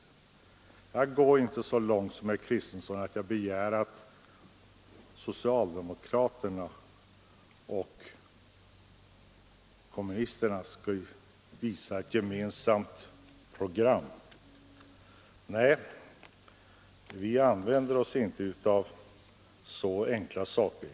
Jag går inte så långt som herr Kristenson att jag begär att socialdemokraterna och kommunisterna skall redovisa ett gemensamt program. Nej, vi använder inte så enkla metoder.